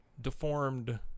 deformed